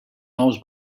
nous